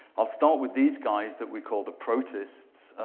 i'll start with these guys that we call the protists.